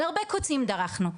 על הרבה 'קוצים' דרכנו,